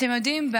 אתם יודעים,